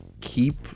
keep